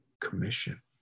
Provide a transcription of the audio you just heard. commission